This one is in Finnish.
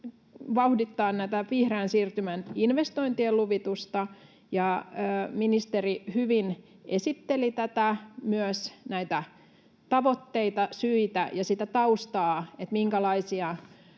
vauhdittaa näiden vihreän siirtymän investointien luvitusta, ja ministeri hyvin esitteli tätä, myös näitä tavoitteita, syitä ja sitä taustaa, minkälaisia